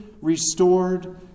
restored